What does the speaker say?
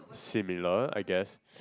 similar I guess